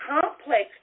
complex